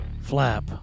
Flap